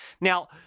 Now